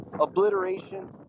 obliteration